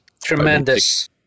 Tremendous